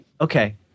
Okay